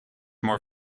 more